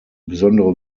besondere